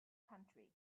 country